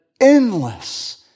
endless